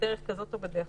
בדרך כזאת או אחרת.